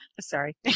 sorry